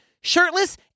shirtless